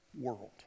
world